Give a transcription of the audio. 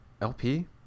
LP